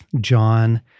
John